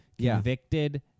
convicted